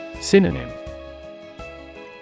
Synonym